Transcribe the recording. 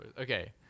Okay